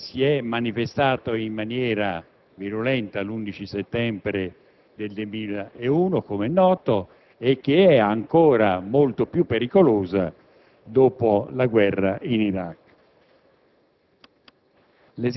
che si è manifestato, in maniera virulenta, l'11 settembre del 2001 e che è ancora molto più pericoloso dopo la guerra in Iraq.